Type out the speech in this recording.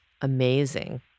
amazing